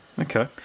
Okay